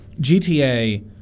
GTA